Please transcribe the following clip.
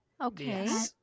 Okay